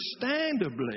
understandably